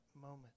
moment